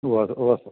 ഉവ്വ് ഉവ്വ് സർ